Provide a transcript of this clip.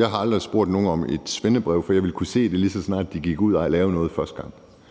jeg har aldrig spurgt nogen om et svendebrev, for jeg ville kunne se, om de kunne noget, lige så snart de gik ud og lavede noget første gang.